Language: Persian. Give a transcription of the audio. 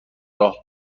راه